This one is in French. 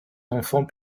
enfants